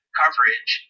coverage